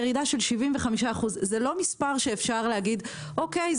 ירידה של 75%. זה לא מספר שאפשר להגיד: אוקיי,